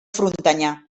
frontanyà